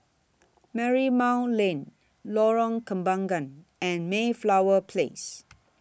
Marymount Lane Lorong Kembagan and Mayflower Place